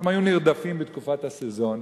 הם היו נרדפים בתקופת ה"סזון",